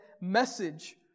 message